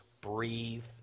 breathe